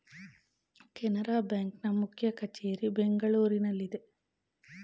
Canara bank ನ ಮುಖ್ಯ ಕಚೇರಿ ಬೆಂಗಳೂರಿನಲ್ಲಿದೆ